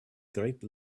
great